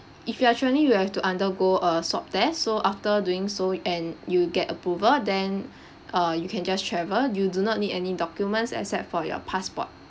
if you actually you have to undergo a swab test so after doing so y~ and you get approval then uh you can just travel you do not need any documents except for your passport